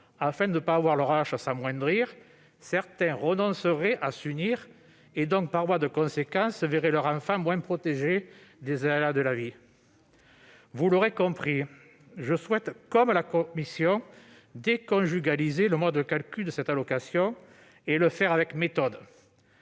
afin de ne pas voir leur AAH s'amoindrir, certains renonceraient à s'unir, leurs enfants étant alors moins protégés des aléas de la vie. Vous l'aurez compris, je souhaite, comme la commission, déconjugaliser le mode de calcul de cette allocation, et le faire avec méthode.